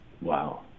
Wow